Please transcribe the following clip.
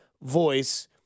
Voice